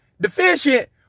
deficient